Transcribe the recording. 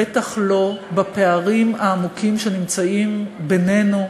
בטח לא בפערים העמוקים שנמצאים בינינו,